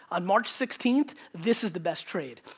on march sixteenth, this is the best trade.